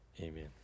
Amen